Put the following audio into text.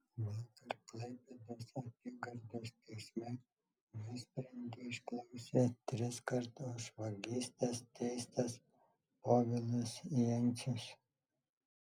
vakar klaipėdos apygardos teisme nuosprendį išklausė triskart už vagystes teistas povilas jencius